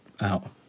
out